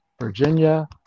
Virginia